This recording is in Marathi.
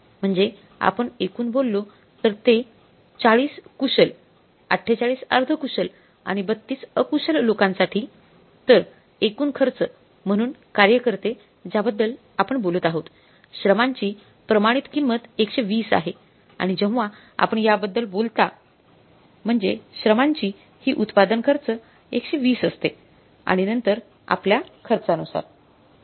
म्हणजे आपण एकूण बोललो तर ते म्हणजेच 40 कुशल 48 अर्ध कुशल आणि 32 अकुशल लोकांसाठी तर एकूण खर्च म्हणून कार्य करते ज्याबद्दल आपण बोलत आहोत श्रमांची प्रमाणित किंमत १२० आहे आणि जेव्हा आपण याबद्दल बोलता म्हणजे श्रमांची ही उत्पादन खर्च १२० असते आणि नंतर आपल्या खर्चानुसार